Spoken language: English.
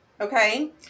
Okay